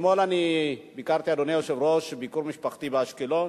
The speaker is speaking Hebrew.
אתמול ביקרתי ביקור משפחתי באשקלון.